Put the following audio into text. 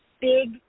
big